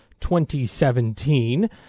2017